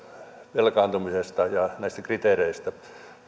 velkaantumisesta ja näistä kriteereistä